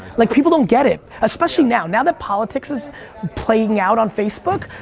like people don't get it. especially now, now that politics is playing out on facebook,